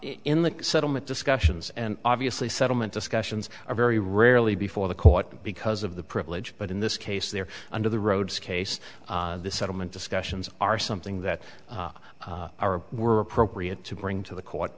in the settlement discussions and obviously settlement discussions are very rarely before the court because of the privilege but in this case they're under the roads case the settlement discussions are something that were appropriate to bring to the court